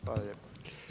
Hvala lijepa.